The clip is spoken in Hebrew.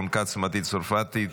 מטי צרפתי,